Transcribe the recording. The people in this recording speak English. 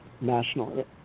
national